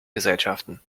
gesellschaften